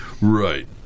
Right